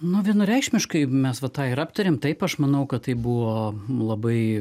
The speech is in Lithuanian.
nu vienareikšmiškai mes va tą ir aptarėm taip aš manau kad tai buvo labai